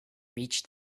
reached